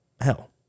hell